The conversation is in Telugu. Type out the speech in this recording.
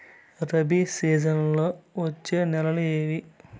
రబి సీజన్లలో వచ్చే నెలలు ఏవి?